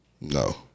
No